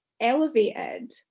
elevated